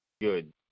Good